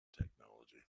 technology